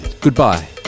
Goodbye